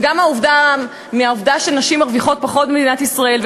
וגם מהעובדה שנשים מרוויחות פחות במדינת ישראל,